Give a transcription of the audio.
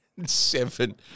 Seven